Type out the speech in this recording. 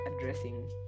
addressing